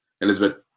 Elizabeth